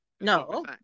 No